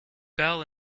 bell